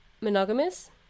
monogamous